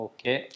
Okay